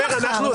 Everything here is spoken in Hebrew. לא?